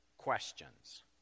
questions